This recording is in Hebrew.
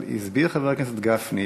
אבל הסביר חבר הכנסת גפני,